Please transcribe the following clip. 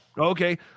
Okay